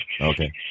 Okay